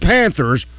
Panthers